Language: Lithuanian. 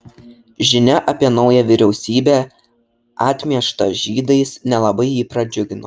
žinia apie naują vyriausybę atmieštą žydais nelabai jį pradžiugino